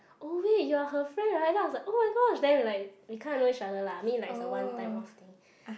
oh wait you are her friend right then I was like oh-my-god then like we kind of know each other lah mean like the one time off thing